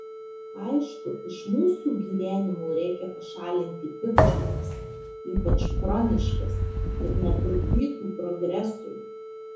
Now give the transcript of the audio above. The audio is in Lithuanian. aišku iš mūsų gyvenimo reikia pašalinti piktžoles ypač chroniškas kad netrukdytų progresui